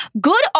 Good